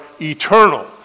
eternal